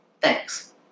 Thanks